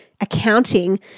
accounting